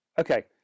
Okay